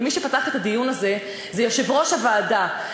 ומי שפתח את הדיון הזה הוא יושב-ראש הוועדה,